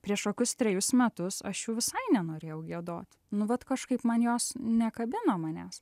prieš kokius trejus metus aš jų visai nenorėjau giedot nu vat kažkaip man jos nekabino manęs